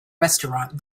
restaurant